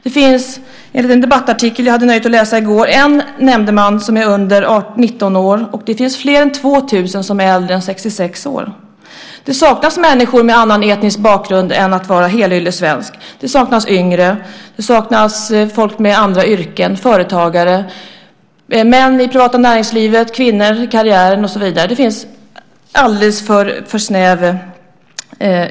Enligt en debattartikel, som jag hade nöjet att läsa i går, finns det en nämndeman som är under 19 år och fler än 2 000 som är äldre än 66 år. Det saknas också människor med annan etnisk bakgrund än den helyllesvenska. Det saknas yngre personer. Det saknas folk inom vissa yrken - företagare, män i det privata näringslivet, kvinnor i karriären och så vidare. Uttaget av nämndemännen är alldeles för snävt.